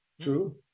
True